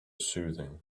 soothing